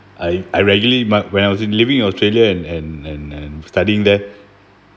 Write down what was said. I I regularly my when I was in living in australia and and and and studying there